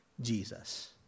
Jesus